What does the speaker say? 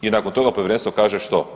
I nakon toga povjerenstvo kaže što,